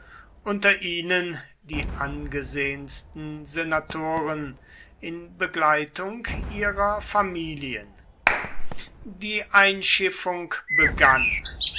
unter ihnen die angesehensten senatoren in begleitung ihrer familien die einschiffung begann